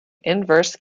inverse